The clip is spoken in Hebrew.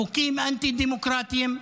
חוקים אנטי-דמוקרטיים,